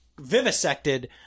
vivisected